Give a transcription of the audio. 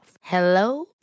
hello